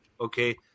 okay